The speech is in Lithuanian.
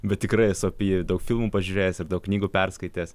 bet tikrai esu apie jį daug filmų pažiūrėjęs ir daug knygų perskaitęs